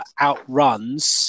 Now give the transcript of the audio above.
outruns